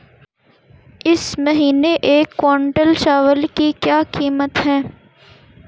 इस महीने एक क्विंटल चावल की क्या कीमत है?